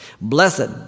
Blessed